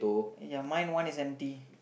ya mine one is empty